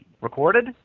Recorded